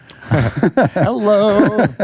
Hello